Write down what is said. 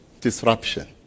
disruption